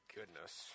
Goodness